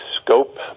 scope